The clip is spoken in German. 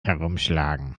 herumschlagen